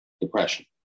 depression